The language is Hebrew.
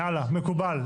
כן, מקובל.